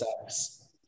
sex